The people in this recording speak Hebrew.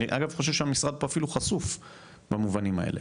אני אגב חושב שהמשרד פה אפילו חשוף במובנים האלה,